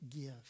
give